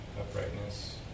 Uprightness